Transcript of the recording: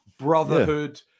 brotherhood